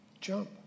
Jump